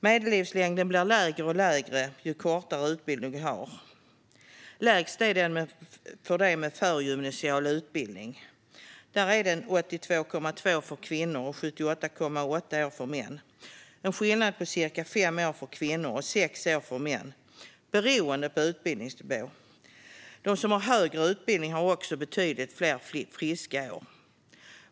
Medellivslängden blir lägre och lägre ju kortare utbildning man har. Lägst är den för dem med förgymnasial utbildning. Där är den 82,2 år för kvinnor och 78,8 år för män. Det är alltså en skillnad på ca 5 år för kvinnor och ca 6 år för män beroende på utbildningsnivå. De som har högre utbildning har också betydligt fler friska år.